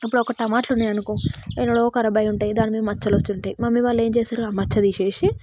ఇప్పుడు ఒక టమోటాలు ఉన్నాయనుకో ఏవేవో ఖరాబ్ అయ్యి ఉంటాయి దాని మీద మచ్చలు వచ్చి ఉంటాయి మమ్మీ వాళ్ళు ఏం చేస్తారు ఆ మచ్చ తీసి